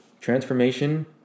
transformation